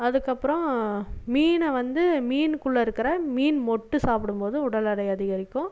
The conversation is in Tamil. அதுக்கப்புறம் மீனை வந்து மீனுக்குள்ளே இருக்கிற மீன் மொட்டு சாப்பிடும்போது உடல் எடை அதிகரிக்கும்